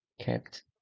kept